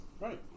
Right